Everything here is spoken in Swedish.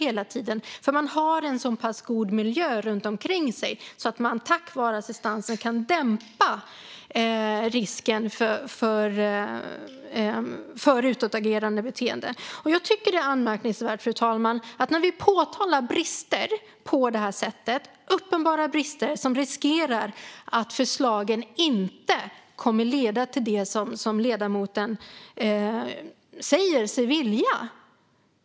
Man har nämligen en så pass god miljö runt omkring sig och kan tack vare assistansen dämpa risken för utåtagerande beteende. Fru talman! Det är anmärkningsvärt. Vi påtalar på det här sättet uppenbara brister som innebär en risk för att förslagen inte kommer att leda till det som ledamoten säger sig vilja.